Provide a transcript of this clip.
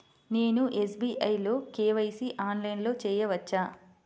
నేను ఎస్.బీ.ఐ లో కే.వై.సి ఆన్లైన్లో చేయవచ్చా?